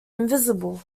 invisible